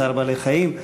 צער בעלי-חיים,